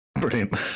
Brilliant